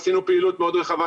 עשינו פעילות מאוד רחבה.